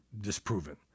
disproven